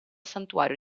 santuario